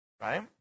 right